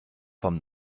vom